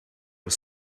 was